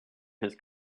his